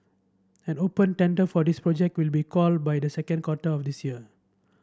an open tender for this project will be called by the second quarter of this year